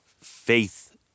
faith